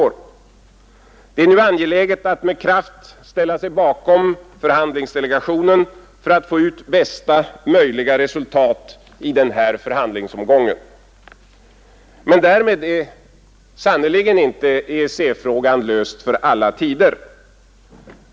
Det är nu angeläget att med kraft ställa sig bakom förhandlingsdelegationen för att få ut bästa möjliga resultat i denna förhandlingsomgång. Men därmed är sannerligen inte EEC-frågan löst för alla tider.